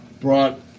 Brought